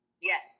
Yes